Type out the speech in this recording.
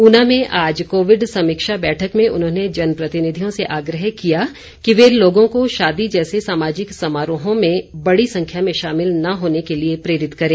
ऊना में आज कोविड समीक्षा बैठक में उन्होंने जनप्रतिनिधियों से आग्रह किया कि वे लोगों को शादी जैसे सामाजिक समारोहों में बड़ी संख्या में शामिल न होने के लिए प्रेरित करें